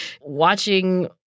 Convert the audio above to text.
watching